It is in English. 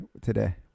today